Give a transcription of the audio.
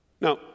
Now